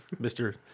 Mr